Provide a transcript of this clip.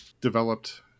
developed